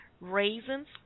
raisins